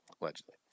Allegedly